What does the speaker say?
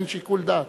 ואין שיקול דעת.